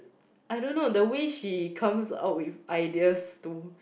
I don't know the way she comes out with ideas to